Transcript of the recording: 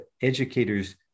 educators